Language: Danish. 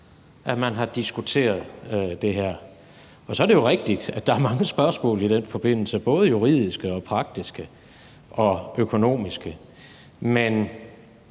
har diskuteret det her. Så er det jo rigtigt, at der er mange spørgsmål i den forbindelse, både juridiske, praktiske og økonomiske. Men